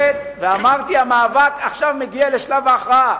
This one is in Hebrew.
אמרתי: המאבק עכשיו מגיע לשלב ההכרעה,